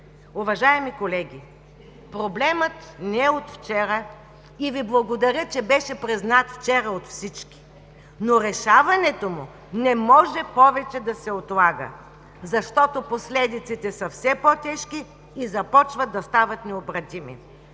Уважаеми колеги, проблемът не е от вчера и Ви благодаря, че беше признат вчера от всички. Но решаването му не може повече да се отлага, защото последиците са все по-тежки и започват да стават необратими.